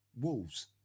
Wolves